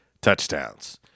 touchdowns